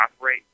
operate